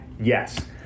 Yes